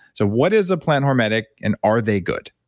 so what is a plant hormetic and are they good?